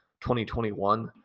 2021